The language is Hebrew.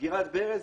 סגירת ברז,